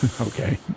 Okay